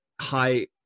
high